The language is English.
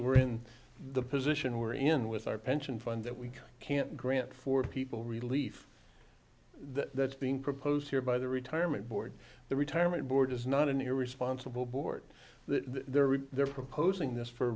we're in the position we're in with our pension fund that we can't grant for people relief that being proposed here by the retirement board the retirement board is not an irresponsible board the they're proposing this for a